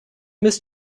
müsst